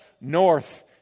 north